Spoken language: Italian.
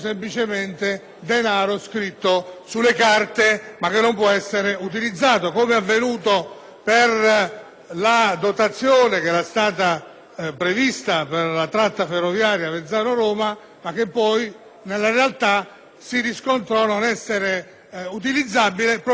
la dotazione che era stata prevista per la tratta ferroviaria Avezzano-Roma e che poi, nella realta, si riscontronon essere utilizzabile proprio perche´ non esisteva alcun progetto per l’ammodernamento di quel collegamento.